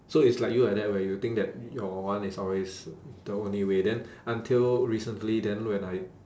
so it's like you like that where you think that your one is always the only way then until recently then when I